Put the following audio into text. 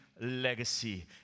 legacy